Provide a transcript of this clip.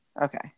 Okay